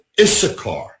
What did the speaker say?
Issachar